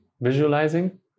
visualizing